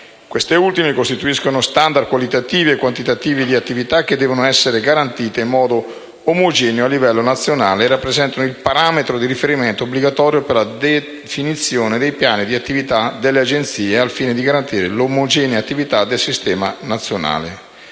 Queste ultime costituiscono standard qualitativi equantitativi di attività che devono essere garantite in modo omogeneo a livello nazionale e rappresentano il parametro di riferimento obbligatorio per la definizione dei piani di attività delle Agenzie, al fine di garantire l'omogenea attività del Sistema nazionale.